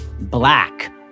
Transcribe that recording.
black